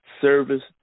service